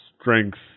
strength